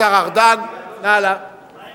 השר ארדן, נא, מה, אין